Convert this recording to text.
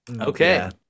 Okay